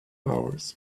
hours